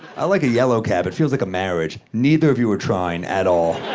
i like a yellow cab. it feels like a marriage. neither of you are trying at all.